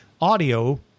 audio